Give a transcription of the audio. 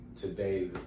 today